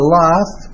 life